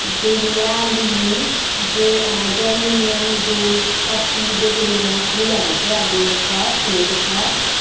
dahlia lily जेर् geranium rose poppy begonia फुलहरू चाहिँ अब छ फुलेको छ